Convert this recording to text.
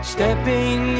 Stepping